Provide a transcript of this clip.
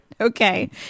okay